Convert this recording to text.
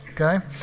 okay